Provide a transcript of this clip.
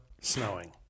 Snowing